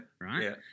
Right